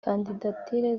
kandidatire